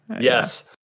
Yes